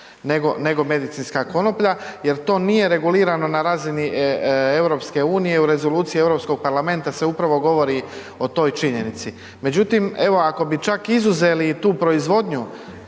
nego medicinska konoplja, jer to nije regulirano na razini EU u rezoluciji Europskog parlamenta se upravo govori o toj činjenici. Međutim, evo ako bi čak izuzeli i tu proizvodnju